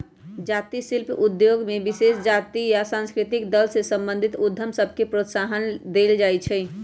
जाती शिल्प उद्योग में विशेष जातिके आ सांस्कृतिक दल से संबंधित उद्यम सभके प्रोत्साहन देल जाइ छइ